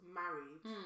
married